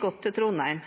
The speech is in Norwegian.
gått til Trondheim.